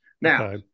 Now